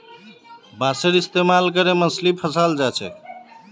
बांसेर इस्तमाल करे मछली फंसाल जा छेक